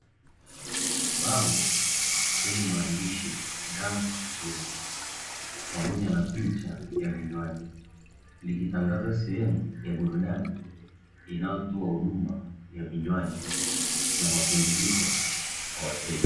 Bango lenye maandishi ''Douwns lodge'', pamoja na picha ya vinywaji, likitangaza sehemu ya burudani inayotoa huduma ya vinywaji, na mapumziko kwa wateja.